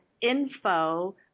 info